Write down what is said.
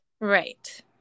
Right